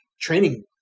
training